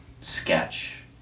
sketch